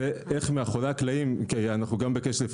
איך מאחורי הקלעים כי אנחנו גם בקשר עם